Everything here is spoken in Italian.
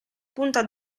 punta